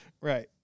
Right